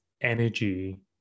energy